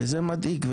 וזה מדאיג.